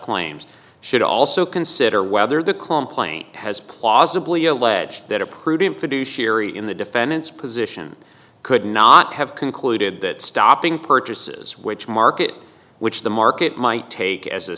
claims should also consider whether the complaint has plausibly alleged that a prudent fiduciary in the defendant's position could not have concluded that stopping purchases which market which the market might take as a